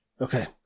Okay